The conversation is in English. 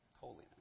holiness